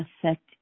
affect